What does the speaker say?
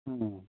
ꯎꯝ